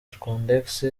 rwandex